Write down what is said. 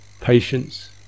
patience